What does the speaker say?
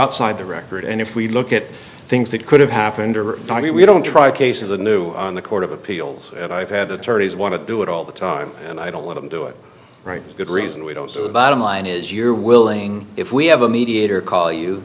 outside the record and if we look at things that could have happened over time we don't try cases a new on the court of appeals and i've had attorneys want to do it all the time and i don't want to do it right good reason we don't so the bottom line is you're willing if we have a mediator call you